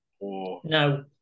No